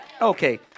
Okay